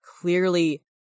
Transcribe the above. clearly